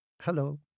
Hello